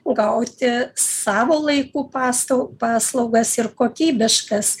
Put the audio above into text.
gauti savo laiku pastau paslaugas ir kokybiškas